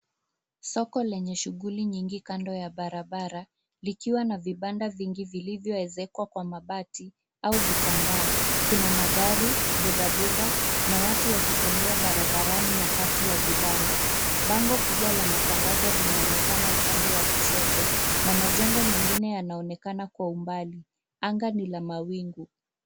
Soko lenye shughuli nyingi kando ya barabara likiwa na vibanda vingi vilivyoezekwa kwa mabati au vitambaa. Kuna magari, bodaboda na watu wakitembea barabarani na kati ya vibanda. Bango kubwa la matangazo linaonekana upande wa kushoto na majengo mengine yanaonekana kwa umbali, anga ni la mawingu.